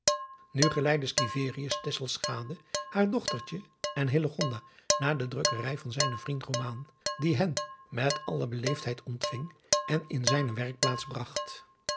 nu geleidde scriverius tesselschade haar dochtertje en hillegonda naar de drukkerij van zijnen vriend rooman die hen met alle beleefdheid ontving en in zijne werkplaats bragt